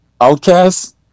Outcast